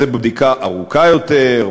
זו בדיקה ארוכה יותר,